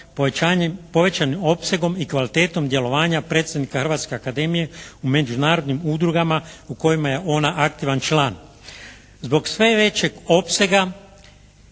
povećanim opsegom i kvalitetom djelovanja predstavnika Hrvatske akademije u međunarodnim udrugama u kojima je ona aktivan član. Zbog sve većeg opsega